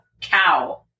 cow